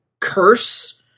curse